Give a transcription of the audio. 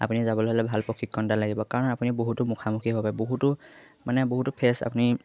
আপুনি যাবলৈ হ'লে ভাল প্ৰশিক্ষণ এটা লাগিব কাৰণ আপুনি বহুতো মুখামুখিভাৱে বহুতো মানে বহুতো ফেচ আপুনি